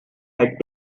had